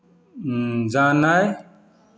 जानय